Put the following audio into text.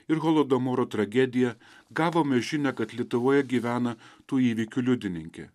ir holodomoro tragediją gavome žinią kad lietuvoje gyvena tų įvykių liudininkė